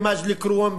במג'ד-אל-כרום,